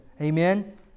Amen